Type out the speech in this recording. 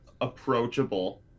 approachable